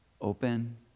open